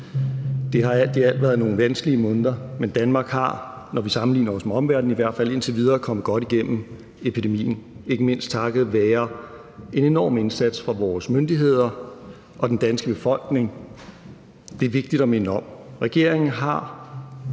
Det har alt i alt været nogle vanskelige måneder, men Danmark er, når vi sammenligner os med omverden, i hvert fald indtil videre kommet igennem epidemien – ikke mindst takket være en enorm indsats af vores myndigheder og den danske befolkning. Det er vigtigt at minde om. Regeringen sagde